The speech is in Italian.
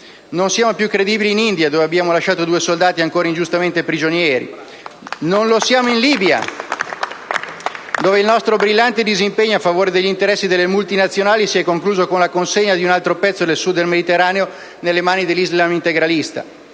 Non siamo più credibili in India, dove abbiamo lasciato due soldati ancora ingiustamente prigionieri. *(Applausi dal Gruppo LN-Aut).* Non lo siamo in Libia, dove il nostro brillante disimpegno a favore degli interessi delle multinazionali si è concluso con la consegna di un altro pezzo del sud Mediterraneo nelle mani dell'Islam integralista.